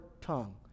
tongue